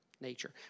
nature